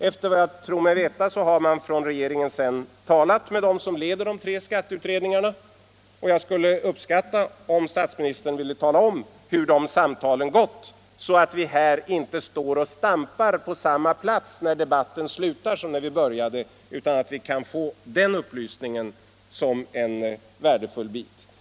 Efter vad jag tror mig veta har man från regeringens sida därefter talat med dem som leder de tre skatteutredningarna, och jag skulle uppskatta om statsministern ville tala om, hur de samtalen gått, så att vi här inte står och stampar på samma plats när debatten slutar som när den började utan att vi kan få denna upplysning som en värdefull bit.